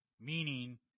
meaning